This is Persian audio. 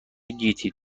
گیتی